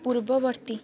ପୂର୍ବବର୍ତ୍ତୀ